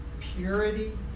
purity